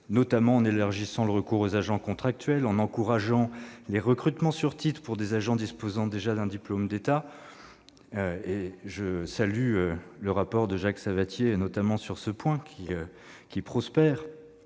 notamment en élargissant le recours aux agents contractuels, en encourageant les recrutements sur titres pour des agents disposant déjà d'un diplôme d'État. Je salue, notamment sur ce point, le rapport